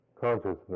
Consciousness